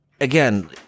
again